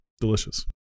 Delicious